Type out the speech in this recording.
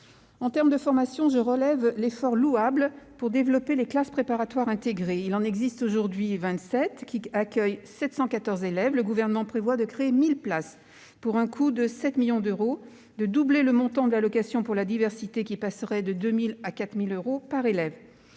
En termes de formation, je relève l'effort louable pour développer les classes préparatoires intégrées (CPI). Il en existe aujourd'hui 27, qui accueillent 714 élèves. Le Gouvernement prévoit de créer 1 000 places, pour un coût de 7 millions d'euros, de doubler le montant de l'allocation pour la diversité, qui passerait de 2 000 à 4 000 euros par élève.